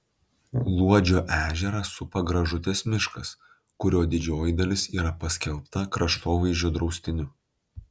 luodžio ežerą supa gražutės miškas kurio didžioji dalis yra paskelbta kraštovaizdžio draustiniu